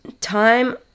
time